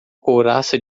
couraça